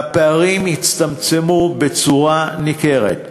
והפערים הצטמצמו בצורה ניכרת,